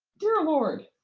dear lord.